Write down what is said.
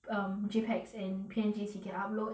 um JPEGs and PNGs he can upload